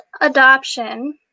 adoption